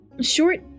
short